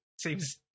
seems